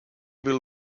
will